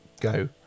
go